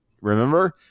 Remember